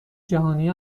جهانی